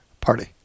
party